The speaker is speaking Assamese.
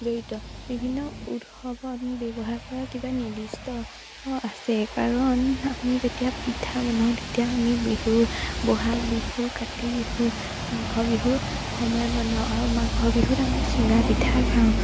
জড়িত বিভিন্ন উৎসৱত ব্যৱহাৰ কৰা কিবা নিৰ্দিষ্ট আছে কাৰণ আমি যেতিয়া পিঠা বনাওঁ তেতিয়া আমি বিহু বহাগ বিহু কাতি বিহু মাঘৰ বিহু সময়ত বনাওঁ আৰু মাঘৰ বিহুত আমি চুঙা পিঠা খাওঁ